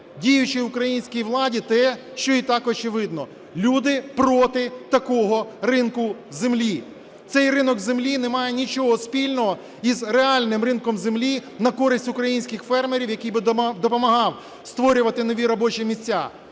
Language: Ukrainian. діючій українській владі те, що і так очевидно. Люди проти такого ринку землі. Цей ринок землі не має нічого спільного із реальним ринком землі на користь українських фермерів, який би допомагав створювати нові робочі місця.